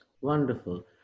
Wonderful